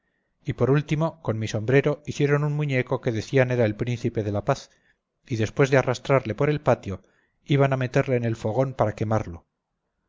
y por último con mi sombrero hicieron un muñeco que decían era el príncipe de la paz y después de arrastrarle por el patio iban a meterle en el fogón para quemarlo